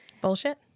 bullshit